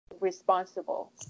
responsible